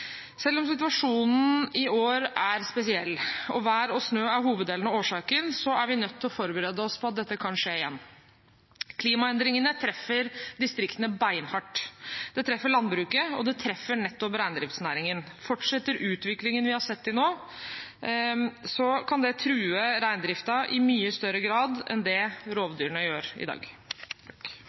Selv om situasjonen i år er spesiell og vær og snø er hoveddelen av årsaken, er vi nødt til å forberede oss på at dette kan skje igjen. Klimaendringene treffer distriktene beinhardt. Det treffer landbruket, og det treffer nettopp reindriftsnæringen. Fortsetter utviklingen vi har sett til nå, kan det true reindriften i mye større grad enn det rovdyrene gjør i dag.